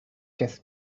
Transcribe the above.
chess